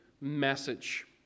message